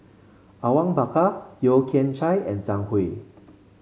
Awang Bakar Yeo Kian Chai and Zhang Hui